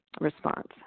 response